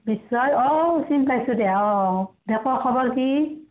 বিশ্বই অঁ চিনি পাইছোঁ দিয়া অঁ অঁ দেউতাৰ খবৰ কি